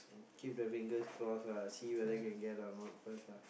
keep the fingers crossed ah see whether can get or not first ah